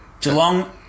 Geelong